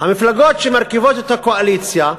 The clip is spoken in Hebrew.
המפלגות שמרכיבות את הקואליציה,